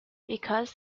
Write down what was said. because